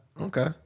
Okay